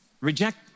Reject